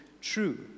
true